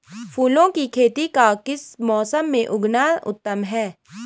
फूलों की खेती का किस मौसम में उगना उत्तम है?